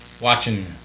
watching